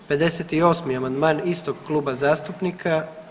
58. amandman istog kluba zastupnika.